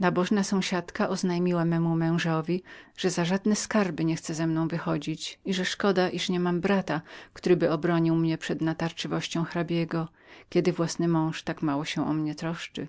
nabożna sąsiadka oznajmiła memu mężowi że za żadne skarby nie chce ze mną wychodzić i że szkoda była że niemiałam brata któryby mógł obronić mnie przeciw natarczywości hrabiego kiedy własny mąż tak mało troszczył się o moją